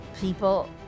people